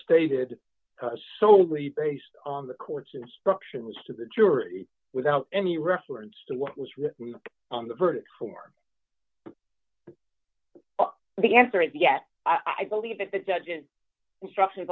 stated solely based on the court's instructions to the jury without any reference to what was written on the verdict form the answer is yes i believe that the judge an instructi